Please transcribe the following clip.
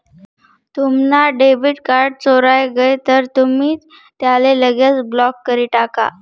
तुम्हना debit card चोराय गय तर तुमी त्याले लगेच ब्लॉक करी टाका